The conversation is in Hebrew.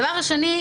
דבר שני.